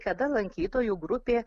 kada lankytojų grupė